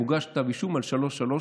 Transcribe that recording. מוגש כתב אישום על 338(א)(5).